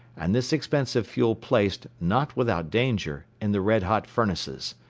and this expensive fuel placed, not without danger, in the red-hot furnaces.